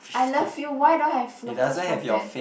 I love you why don't I have the photos for that